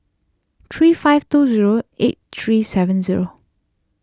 three five two zero eight three seven zero